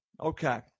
Okay